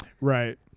right